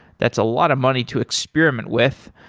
that's a lot of money to experiment with.